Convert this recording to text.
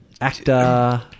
Actor